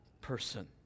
person